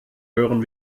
hören